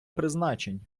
призначень